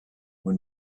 were